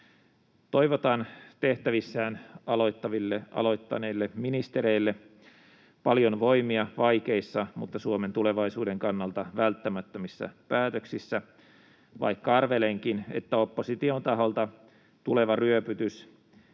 Toivotan tehtävissään aloittaneille ministereille paljon voimia vaikeissa mutta Suomen tulevaisuuden kannalta välttämättömissä päätöksissä, vaikka arvelenkin, että opposition taholta tuleva ryöpytys